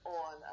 on